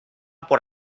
por